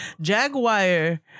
Jaguar